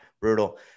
brutal